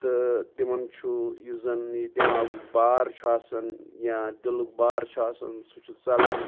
تہٕ تِمن چھُ یُس زَن دٮ۪ماغُک بار چھُ آسَان یا دِلُک بار چھُ آسَان سُہ چھِ ژَلَان